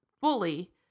fully